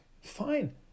Fine